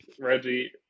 Reggie